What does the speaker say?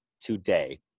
today